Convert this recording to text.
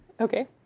Okay